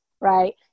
right